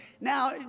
Now